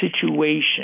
situation